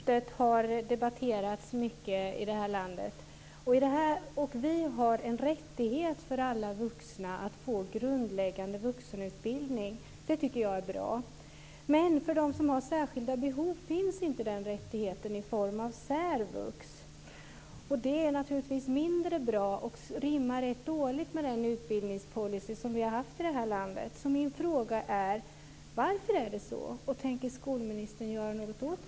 Herr talman! Också jag har en fråga till skolministern. Kunskapslyftet har debatterats mycket i vårt land. Alla har rätt att få en grundläggande vuxenutbildning, och det tycker jag är bra. Motsvarande rättighet finns dock inte i form av särvux för dem som har särskilda behov. Det är naturligtvis mindre bra och rimmar rätt dåligt med den utbildningspolicy som vi har haft i vårt land.